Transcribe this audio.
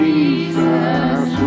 Jesus